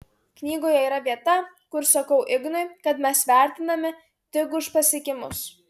knygoje yra vieta kur sakau ignui kad mes vertinami tik už pasiekimus